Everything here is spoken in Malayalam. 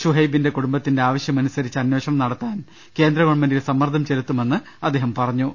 ശുഹൈബിന്റെ കുടുംബത്തിന്റെ ആവശ്യമനുസരിച്ച അന്വേഷണം നടത്താൻ കേന്ദ്രഗവൺമെന്റിൽ സമ്മർദ്ദം ചെലുത്തുമെന്ന് ജോർജ്ജ് കുര്യൻ പറഞ്ഞു